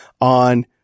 on